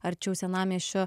arčiau senamiesčio